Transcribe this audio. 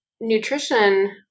nutrition